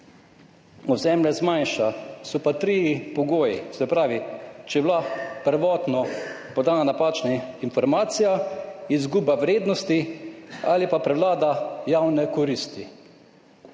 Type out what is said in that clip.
ozemlje zmanjša, so pa trije pogoji. Se pravi, če je bila prvotno podana napačna informacija, izguba vrednosti ali pa prevlada javne koristi.